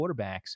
quarterbacks